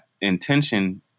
intention